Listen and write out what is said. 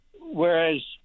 Whereas